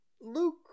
Luke